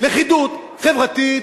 לכידות חברתית,